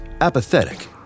apathetic